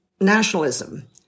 nationalism